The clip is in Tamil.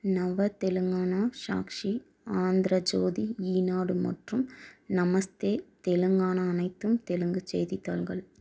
நவ தெலுங்கானா சாக்ஷி ஆந்திர ஜோதி ஈனாடு மற்றும் நமஸ்தே தெலுங்கானா அனைத்தும் தெலுங்கு செய்தித்தாள்கள்